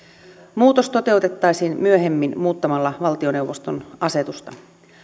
muutos toteutettaisiin myöhemmin muuttamalla valtioneuvoston asetusta